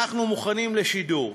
אנחנו מוכנים לשידור.